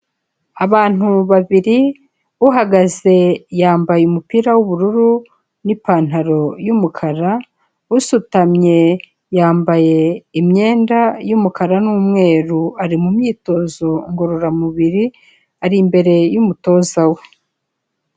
Abantu babiri, uhagaze yambaye umupira w'ubururu n'ipantaro y'umukara, usutamye yambaye imyenda y'umukara n'umweru ari mu myitozo ngororamubiri, ari imbere y'umutoza we.